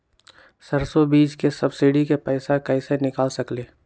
सरसों बीज के सब्सिडी के पैसा कईसे निकाल सकीले?